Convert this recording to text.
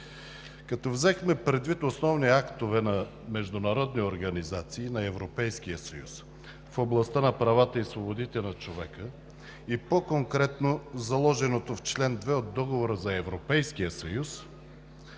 Като взехме предвид основни актове на международни организации на Европейския съюз в областта на правата и свободите на човека и по-конкретно заложеното в чл. 2 от Договора за Европейския съюз,